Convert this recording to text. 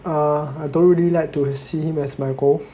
uh I don't really like to see him as my goal